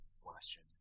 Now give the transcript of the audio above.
question